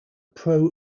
pro